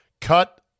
Cut